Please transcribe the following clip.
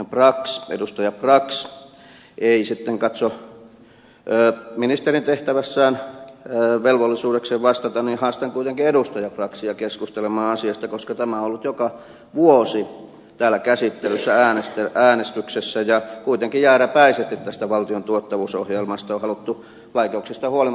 jos edustaja brax ei sitten katso ministerin tehtävässään velvollisuudekseen vastata niin haastan kuitenkin edustaja braxia keskustelemaan asiasta koska tämä on ollut joka vuosi täällä käsittelyssä äänestyksessä ja kuitenkin jääräpäisesti tästä valtion tuottavuusohjelmasta on haluttu vaikeuksista huolimatta pitää kiinni